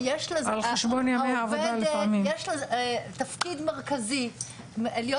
יש לזה תפקיד מרכזי -- זה על חשבון ימי עבודה לפעמים.